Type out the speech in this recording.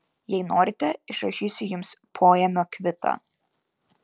jei norite išrašysiu jums poėmio kvitą